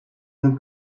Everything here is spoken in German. sind